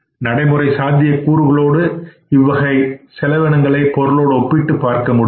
நடைமுறை சாத்திய கூறுகளோடு இவ்வகையான செலவினங்களை பொருளோடு ஒப்பிட்டுப் பார்க்க முடியும்